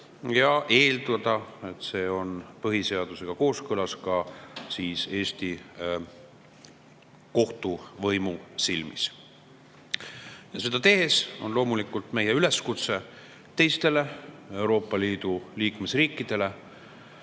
ja eeldada, et see on põhiseadusega kooskõlas ka Eesti kohtuvõimu silmis. Seda tehes on meil loomulikult teistele Euroopa Liidu liikmesriikidele